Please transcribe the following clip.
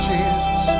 Jesus